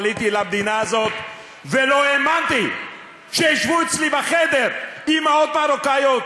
עליתי למדינה הזאת ולא האמנתי שישבו אצלי בחדר אימהות מרוקאיות